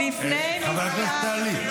חברת הכנסת טלי,